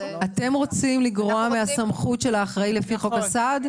אתם רוצים לגרוע מהסמכות של האחראי לפי חוק הסעד?